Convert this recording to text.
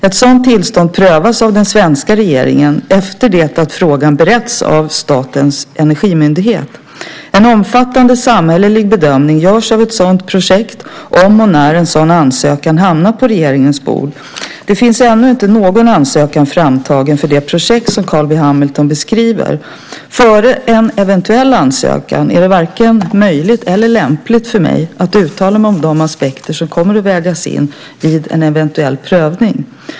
Ett sådant tillstånd prövas av den svenska regeringen efter det att frågan beretts av Statens energimyndighet. En omfattande samhällelig bedömning görs av ett sådant gasprojekt om och när en sådan ansökan hamnar på regeringens bord. Det finns ännu inte någon ansökan framtagen för det projekt som Carl B Hamilton beskriver. Före en eventuell ansökan är det varken möjligt eller lämpligt för mig att uttala mig om de aspekter som kommer att vägas in vid en eventuell prövning.